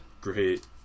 Great